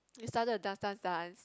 we started to dance dance dance